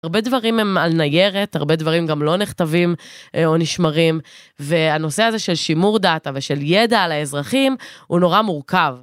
הרבה דברים הם על ניירת, הרבה דברים גם לא נכתבים או נשמרים, והנושא הזה של שימור דאטה ושל ידע על האזרחים הוא נורא מורכב.